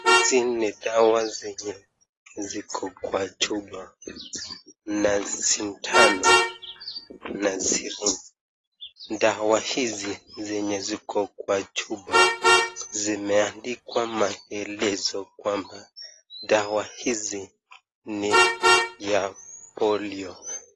Hizi ni dawa zenye ziko Kwa chupa na sindano na sirinji, dawa hizi zenye ziko kwa chupa zimeandikwa maelezo kwamba dawa hizi ni ya polio.